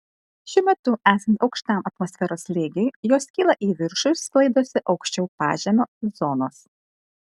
šiuo metu esant aukštam atmosferos slėgiui jos kyla į viršų ir sklaidosi aukščiau pažemio zonos